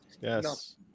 Yes